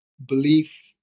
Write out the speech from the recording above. belief